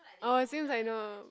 orh it seems I know